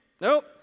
Nope